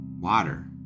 water